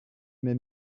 m’ai